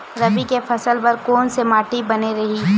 रबी के फसल बर कोन से माटी बने होही?